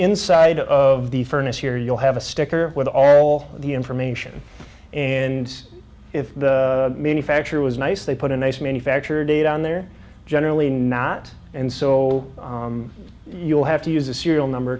inside of the furnace here you'll have a sticker with all the information and if the manufacturer was nice they put an ace manufacture date on there generally not and so you'll have to use a serial number